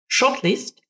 Shortlist